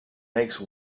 make